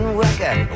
worker